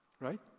right